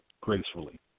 gracefully